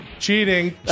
Cheating